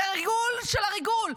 זה הריגול של הריגול,